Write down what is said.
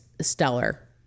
stellar